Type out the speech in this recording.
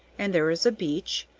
and there is a beach,